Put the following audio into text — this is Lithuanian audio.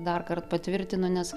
darkart patvirtino nes